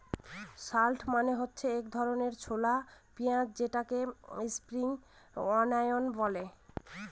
shallot মানে হচ্ছে এক ধরনের ছোলা পেঁয়াজ যেটাকে স্প্রিং অনিয়ন বলে